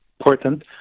important